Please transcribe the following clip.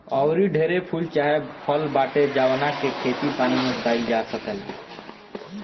आऊरी ढेरे फूल चाहे फल बाटे जावना के खेती पानी में काईल जा सकेला